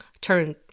turn